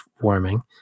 warming